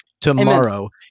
Tomorrow